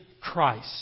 Christ